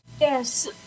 Yes